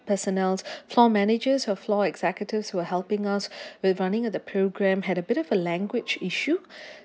personnels floor managers or floor executives who were helping us with running the program had a bit of a language issue